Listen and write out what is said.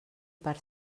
per